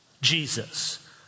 Jesus